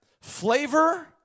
flavor